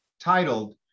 titled